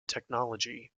technology